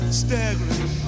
staggering